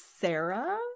Sarah